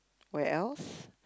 where else